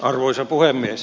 arvoisa puhemies